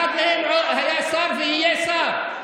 אחד מהם היה שר ויהיה שר.